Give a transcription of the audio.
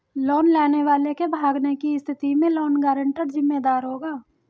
loan लेने वाले के भागने की स्थिति में लोन गारंटर जिम्मेदार होगा